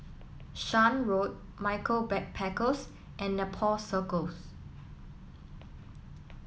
Shan Road Michaels Backpackers and Nepal Circus